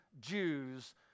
jews